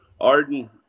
Arden